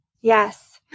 Yes